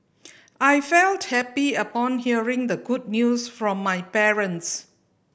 I felt happy upon hearing the good news from my parents